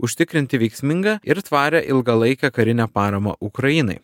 užtikrinti veiksmingą ir tvarią ilgalaikę karinę paramą ukrainai